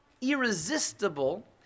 irresistible